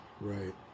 Right